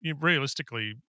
realistically